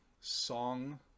song